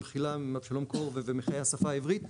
במחילה מאבשלום קור וממחיי השפה העברית,